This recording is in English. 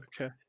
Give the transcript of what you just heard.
Okay